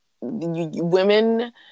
women